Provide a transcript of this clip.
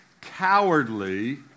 cowardly